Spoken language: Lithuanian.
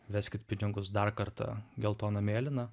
veskit pinigus dar kartą geltona mėlyna